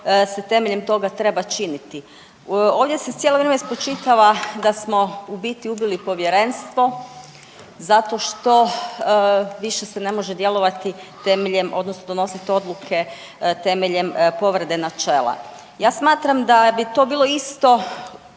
se temeljem toga treba činiti. Ovdje se cijelo vrijeme spočitava da smo u biti ubili povjerenstvo zato što više se ne može djelovati temeljem odnosno donosit odluke temeljem povrede načela. Ja smatram da bi to bilo isto,